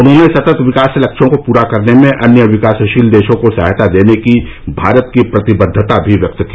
उन्होंने सतत विकास लक्ष्यों को पूरा करने में अन्य विकासशील देशों को सहायता देने की भारत की प्रतिबद्वता भी व्यक्त की